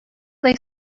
lay